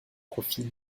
profit